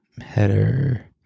Header